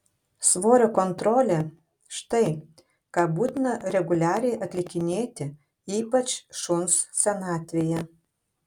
svorio kontrolė štai ką būtina reguliariai atlikinėti ypač šuns senatvėje